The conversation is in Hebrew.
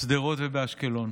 בשדרות ובאשקלון.